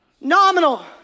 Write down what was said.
Nominal